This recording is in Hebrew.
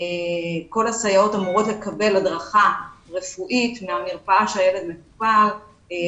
כל הסייעות אמורות לקבל הדרכה רפואית מהמרפאה שהילד מטופל בה,